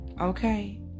Okay